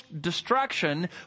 destruction